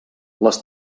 les